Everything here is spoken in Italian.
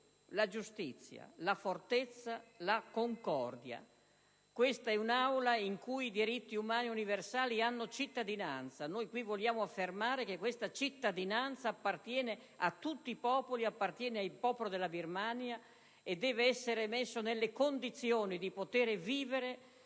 la giustizia, la fortezza, la concordia. Questa è un'Aula in cui i diritti umani universali hanno cittadinanza. Noi vogliamo affermare che tale cittadinanza appartiene a tutti i popoli ed anche a quello della Birmania, che deve essere messo nelle condizioni di vivere